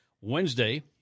Wednesday